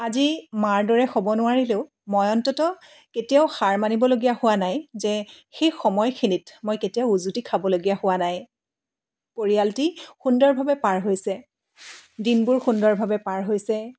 আজি মাৰ দৰে হ'ব নোৱাৰিলেও মই অন্ততঃ কেতিয়াও হাৰ মানিবলগীয়া হোৱা নাই যে সেই সময়খিনিত মই কেতিয়াও উজুতি খাবলগীয়া হোৱা নাই পৰিয়ালটি সুন্দৰভাৱে পাৰ হৈছে দিনবোৰ সুন্দৰভাৱে পাৰ হৈছে